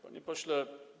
Panie Pośle!